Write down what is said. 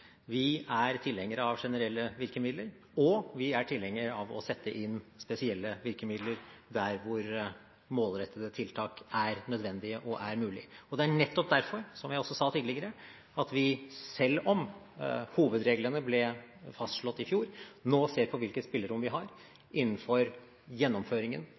Vi er tilhengere av generelle virkemidler, og vi er tilhengere av å sette inn spesielle virkemidler der hvor målrettede tiltak er nødvendig og mulig. Det er nettopp derfor, som jeg også sa tidligere, at vi, selv om hovedreglene ble fastslått i fjor, nå ser på hvilket spillerom vi har innenfor gjennomføringen